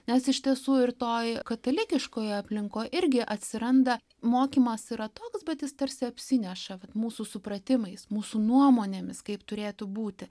nes iš tiesų ir toj katalikiškoj aplinkoj irgi atsiranda mokymas yra toks bet jis tarsi apsineša vat mūsų supratimais mūsų nuomonėmis kaip turėtų būti